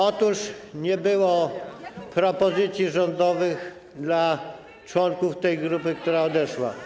Otóż nie było propozycji rządowych dla członków tej grupy, która odeszła.